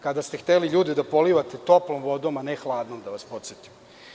Kada ste hteli ljude da polivate toplom vodom, a ne hladnom, da vas podsetim.